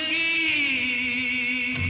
e